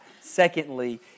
Secondly